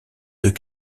deux